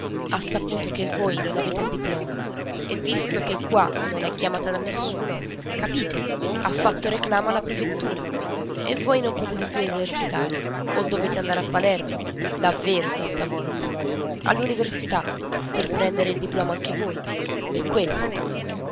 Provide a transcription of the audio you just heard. ha saputo che voi non avete il diploma e visto che qua non è chiamata da nessuno capite ha fatto reclamo alla prefettura e voi non potete più esercitare o dovete andare a palermo davvero questa volta all'università per prendere il diploma anche voi come quella